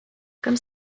comme